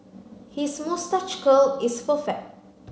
his moustache curl is perfect